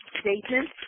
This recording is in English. statement